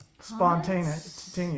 Spontaneous